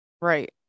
Right